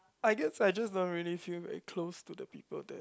I guess I just don't really feel very close to the people the